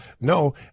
No